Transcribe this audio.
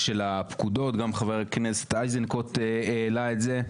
גם חבר הכנסת איזנקוט העלה את זה.